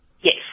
Yes